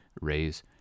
raise